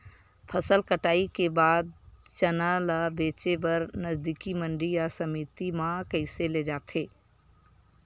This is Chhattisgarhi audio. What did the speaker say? फसल कटाई के बाद चना ला बेचे बर नजदीकी मंडी या समिति मा कइसे ले जाथे?